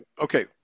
Okay